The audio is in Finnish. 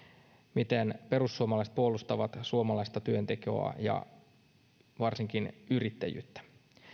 miten perussuomalaiset puolustavat suomalaista työntekoa ja varsinkin yrittäjyyttä